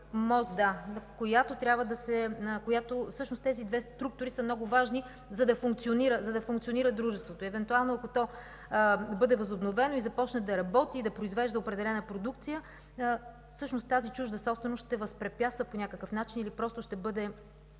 народния представител Георги Божинов.) Тези две структури са много важни, за да функционира дружеството, ако евентуално то бъде възобновено и започне да работи, да произвежда определена продукция. Всъщност тази чужда собственост ще възпрепятства по някакъв начин или просто ще бъде